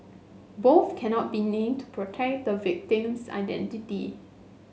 both cannot be named protect the victim's identity